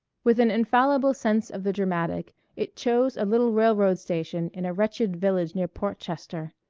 with an infallible sense of the dramatic it chose a little railroad station in a wretched village near portchester.